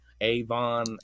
avon